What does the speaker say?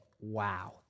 wow